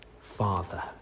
Father